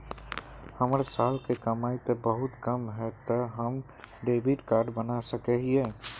हमर साल के कमाई ते बहुत कम है ते हम डेबिट कार्ड बना सके हिये?